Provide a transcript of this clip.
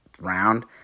round